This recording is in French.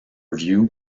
view